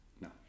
No